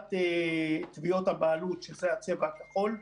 מפת תביעות הבעלות, שזה הצבע הכחול,